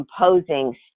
imposing